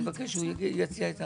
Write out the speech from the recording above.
אני מבקש שהוא יציע את ההצעה.